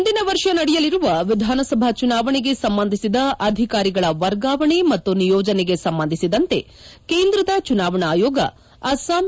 ಮುಂದಿನ ವರ್ಷ ನಡೆಯಲಿರುವ ವಿಧಾನಸಭಾ ಚುನಾವಣೆಗೆ ಸಂಬಂಧಿಸಿದ ಅಧಿಕಾರಿಗಳ ವರ್ಗಾವಣೆ ಮತ್ತು ನಿಯೋಜನೆಗೆ ಸಂಬಂಧಿಸಿದಂತೆ ಕೇಂದ್ರದ ಚುನಾವಣಾ ಆಯೋಗ ಅಸ್ಲಾಂ